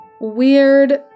weird